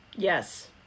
Yes